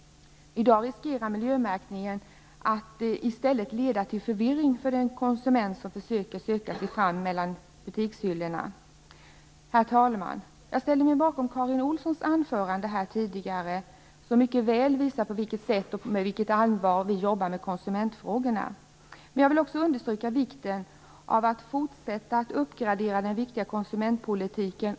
I dag riskerar miljömärkningen att i stället leda till förvirring för den konsument som försöker leta sig fram mellan butikshyllorna. Herr talman! Jag ställer mig bakom Karin Olssons anförande tidigare. Det visar mycket väl på vilket sätt och med vilket allvar vi jobbar med konsumentfrågorna. Men jag vill också understryka vikten av att fortsätta att uppgradera den viktiga konsumentpolitiken.